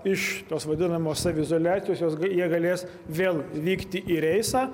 iš tos vadinamos saviizoliacijos jos jie galės vėl vykti į reisą